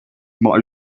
might